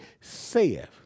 saith